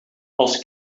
als